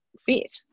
fit